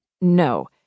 No